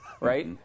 right